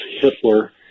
Hitler